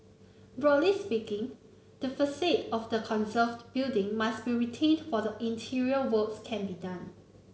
broadly speaking the facade of the conserved building must be retained while interior works can be done